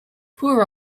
poor